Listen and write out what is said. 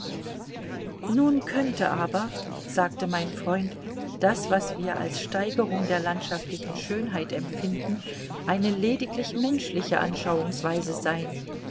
nun könnte aber sagte mein freund das was wir als steigerung der landschaftlichen schönheit empfinden eine lediglich menschliche anschauungsweise sein